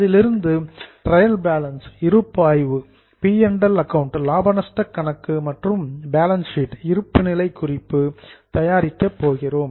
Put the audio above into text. அதிலிருந்து trial balance இருப்பாய்வு P and L account லாப நஷ்டக் கணக்கு மற்றும் பேலன்ஸ் ஷீட் இருப்புநிலைக் குறிப்பு தயாரிக்கப் போகிறோம்